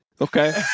okay